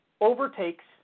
overtakes